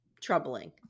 troubling